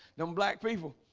numb black people